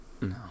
No